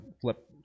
flip